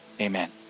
Amen